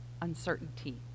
uncertainty